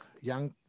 young